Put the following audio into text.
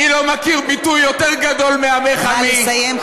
אני לא מכיר ביטוי יותר גדול מ"עמך עמי" נא לסיים,